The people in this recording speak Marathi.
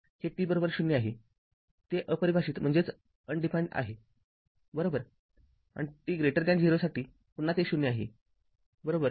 हे t० आहे ते अपरिभाषित आहे बरोबर आणि t0 साठी पुन्हा ते ० आहे बरोबर